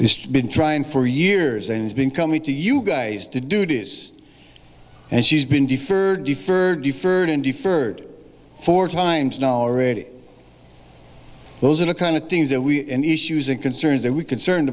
he's been trying for years and he's been coming to you guys to duties and she's been deferred deferred deferred and deferred four times dollar ready those are the kind of things that we and issues and concerns that we concerned